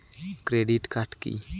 Credit card key?